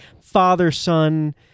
father-son